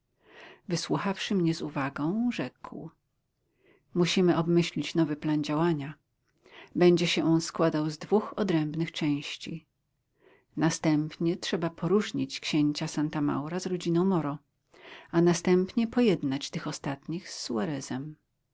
dokładnie wysłuchawszy mnie z uwagą rzekł musimy obmyślić nowy plan działania będzie się on składał z dwóch odrębnych części najpierw trzeba poróżnić księcia santa maura z rodziną moro a następnie pojednać tych ostatnich